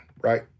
right